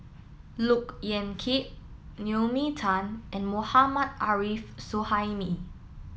Look Yan Kit Naomi Tan and Mohammad Arif Suhaimi